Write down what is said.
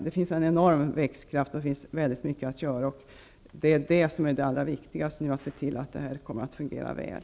Det finns en enorm växtkraft, och det finns mycket att göra. Det allra viktigaste är nu att se till att det här kommer att fungera väl.